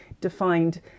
defined